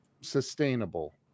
sustainable